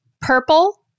purple